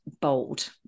bold